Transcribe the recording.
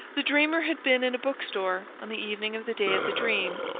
the dreamer had been in a book-store on the evening of the day of the dream,